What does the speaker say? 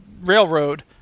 Railroad